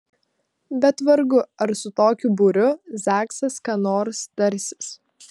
bet vargu ar su tokiu būriu zaksas ką nors tarsis